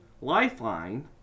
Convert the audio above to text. Lifeline